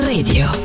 Radio